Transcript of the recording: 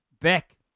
Back